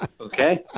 okay